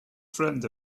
friend